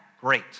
great